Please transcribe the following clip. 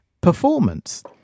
Performance